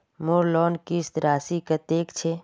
मोर लोन किस्त राशि कतेक छे?